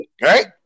Right